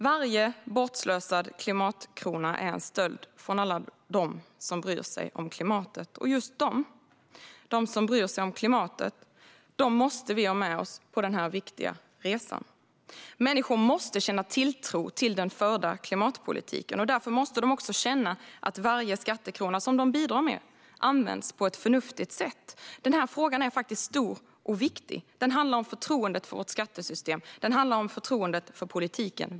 Varje bortslösad klimatkrona är en stöld från alla dem som bryr sig om klimatet. Och just dem - de som bryr sig om klimatet - måste vi ha med oss på den här viktiga resan. Människor måste känna tilltro till den förda klimatpolitiken. Därför måste de också känna att varje skattekrona som de bidrar med används på ett förnuftigt sätt. Den här frågan är faktiskt stor och viktig. Den handlar om förtroendet för vårt skattesystem och om förtroendet för politiken.